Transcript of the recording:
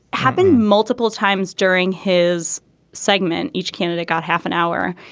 having multiple times during his segment each candidate got half an hour.